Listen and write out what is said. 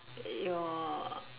your